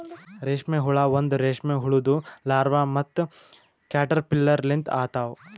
ರೇಷ್ಮೆ ಹುಳ ಒಂದ್ ರೇಷ್ಮೆ ಹುಳುದು ಲಾರ್ವಾ ಮತ್ತ ಕ್ಯಾಟರ್ಪಿಲ್ಲರ್ ಲಿಂತ ಆತವ್